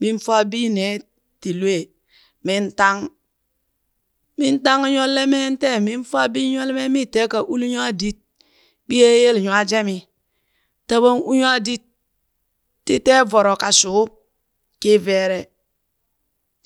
Min faa bii nee ti lwee, min tang min tang nyolle meen tee min faa bii nyole mee mii teeka uli nywaadit biyee yele nywaa jemi, taɓon u nywaadit ti tee voro ka shuub kii veere,